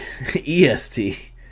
EST